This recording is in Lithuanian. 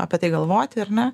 apie tai galvoti ar ne